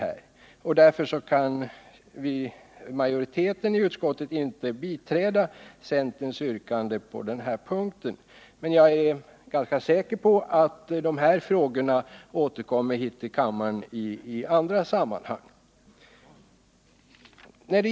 Därför kan majoriteten i utskottet inte biträda centerns yrkande på den punkten, men jag är ganska säker på att dessa frågor återkommer hit till kammaren i andra sammanhang.